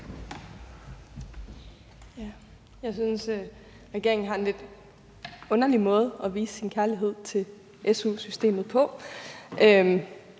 Jeg synes, regeringen har en lidt underlig måde at vise sin kærlighed til su-systemet på.